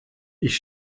ich